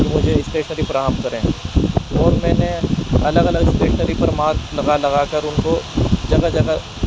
مجھے اسٹیشنری فراہم کریں اور میں نے الگ الگ اسٹیشنری پر مارک لگا لگا کر ان کو جگہ جگہ